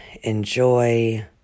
enjoy